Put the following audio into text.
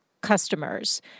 customers